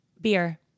Beer